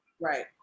Right